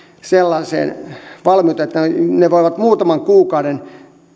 sellaiseen valmiuteen että nämä voivat muutaman kuukauden